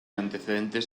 antecedentes